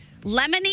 Lemony